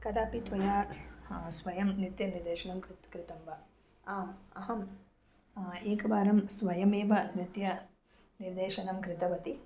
कदापि त्वया स्वयं नित्यनिर्देशनं कृत्वा कृतं वा आम् अहम् एकवारं स्वयमेव नृत्यनिर्देशनं कृतवती